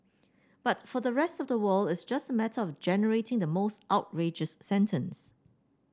but for the rest of the world it's just a matter of generating the most outrageous sentence